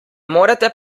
morete